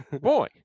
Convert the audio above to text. boy